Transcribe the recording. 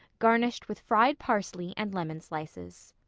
garnished with fried parsley and lemon slices.